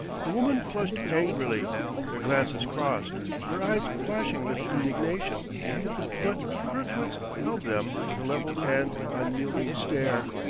the woman flushed angrily their glances crossed, her eyes flashing with indignation but kirkwood's held them with a level and unyielding stare.